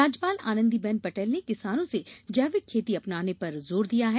राज्यपाल आनंदीबेन पटेल ने किसानों से जैविक खेती अपनाने पर जोर दिया है